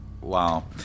Wow